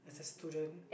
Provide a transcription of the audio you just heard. student